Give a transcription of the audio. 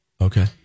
Okay